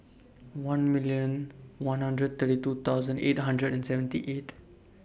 one million one hundred thirty two thousand eight hundred and seventy eight